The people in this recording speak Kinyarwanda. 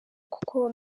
kuko